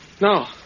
No